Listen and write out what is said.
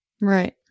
right